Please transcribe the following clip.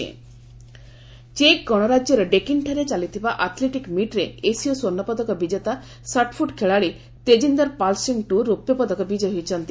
shot put check ଗଣରାଜ୍ୟର ଡେକିନ୍ଠାରେ ଚାଲିଥିବା athletic ମିଟ୍ରେ ଏସୀୟ ସ୍ୱର୍ଣ୍ଣପଦକ ବିଜେତା ସଟ୍ପୁଟ୍ ଖେଳାଳି ତେଜିନ୍ଦର ସିଂହ ପାଲଟୁର ରୌପ୍ୟ ପଦକ ବିଜୟୀ ହୋଇଛନ୍ତି